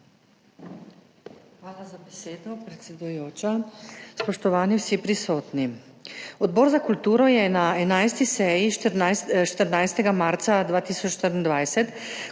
Hvala za besedo, predsedujoča. Spoštovani vsi prisotni! Odbor za kulturo je na 11. seji 14. marca 2024